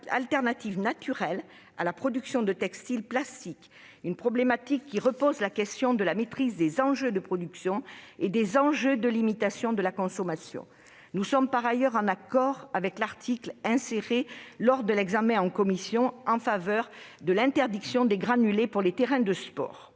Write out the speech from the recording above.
alternatives naturelles à la production de textile à base de plastique. Ce problème repose la question de la maîtrise des enjeux de production et de limitation de la consommation. En outre, nous sommes en accord avec l'article inséré lors de l'examen en commission portant interdiction des granulés pour les terrains de sport.